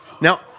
Now